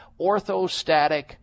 orthostatic